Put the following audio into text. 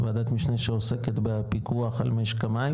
וועדת משנה שעוסקת בפיקוח על משק המים